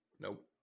Nope